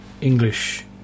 English